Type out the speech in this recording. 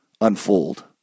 unfold